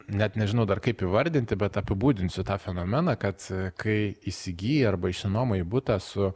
net nežinau dar kaip įvardinti bet apibūdinsiu tą fenomeną kad kai įsigyja arba išsinuomoja butą su